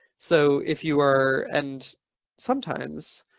so if you are, and sometimes